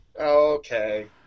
okay